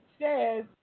says